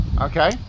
Okay